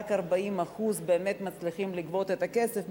רק בשיעור של 40% באמת מצליחים לגבות את הכסף,